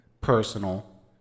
personal